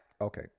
Okay